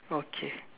okay